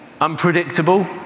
unpredictable